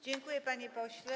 Dziękuję, panie pośle.